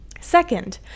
Second